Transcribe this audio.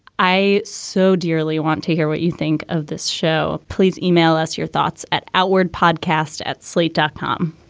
i so dearly want to hear what you think of this show. please email us your thoughts at outward podcast at slate dot com